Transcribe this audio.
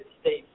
States